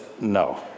no